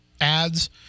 Ads